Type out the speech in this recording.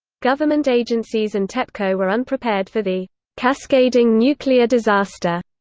government agencies and tepco were unprepared for the cascading nuclear disaster.